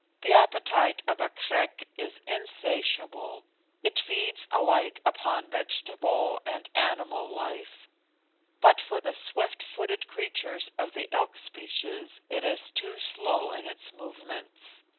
the appetite of a krek is insatiable it feeds alike upon vegetable and animal life but for the swift-footed creatures of the elk species it is too slow in its movements.